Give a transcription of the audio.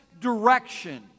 direction